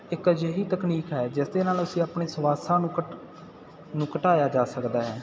ਇੱਕ ਅਜਿਹੀ ਤਕਨੀਕ ਹੈ ਜਿਸ ਦੇ ਨਾਲ ਅਸੀਂ ਆਪਣੇ ਸਵਾਸਾਂ ਨੂੰ ਘ ਨੂੰ ਘਟਾਇਆ ਜਾ ਸਕਦਾ ਹੈ